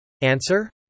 Answer